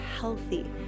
healthy